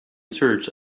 search